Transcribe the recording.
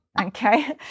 okay